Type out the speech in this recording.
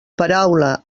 paraula